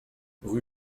rue